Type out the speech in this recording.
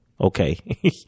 okay